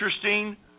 interesting